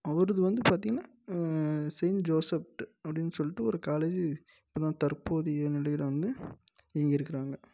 அவரது வந்து பார்த்திங்கன்னா சென் ஜோசப்ட் அப்படின்னு சொல்லிட்டு ஒரு காலேஜி இப்போ தான் தற்போது நிலையில வந்து இயங்கிருக்கிறாங்க